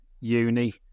uni